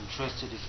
interested